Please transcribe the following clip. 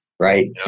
Right